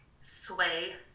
sway